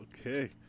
Okay